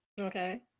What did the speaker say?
okay